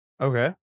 Okay